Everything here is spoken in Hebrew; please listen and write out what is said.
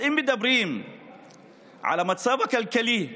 הם מדברים על המצב הכלכלי במדינה,